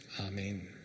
amen